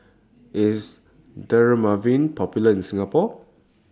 IS Dermaveen Popular in Singapore